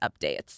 updates